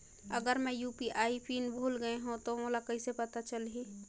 अगर मैं UPI PIN भुल गये हो तो मोला कइसे पता चलही?